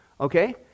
okay